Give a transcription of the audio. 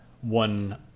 one